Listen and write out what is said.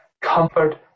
comfort